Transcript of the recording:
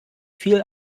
viel